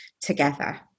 together